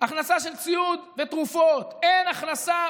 הכנסה של ציוד ותרופות, אין הכנסה